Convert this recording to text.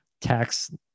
tax